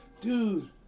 Dude